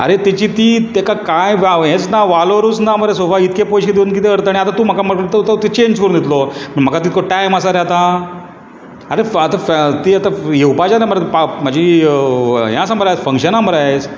आरे तेजी ती तेका कांय हेंच ना वालोरच ना मरे सोफाक इतके पयशे दिवन कितें अर्थ आतां तूं म्हाका तो चेंज करून दितलो म्हाका तितको टायम आसा रे आतां आतां तीं आतां येवपाचीं जालीं मरे आतां म्हजी हें मरे फंग्शन आसा मरे आयज